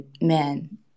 man